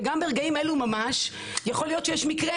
וגם ברגעים אלו ממש יכול להיות שיש מקרה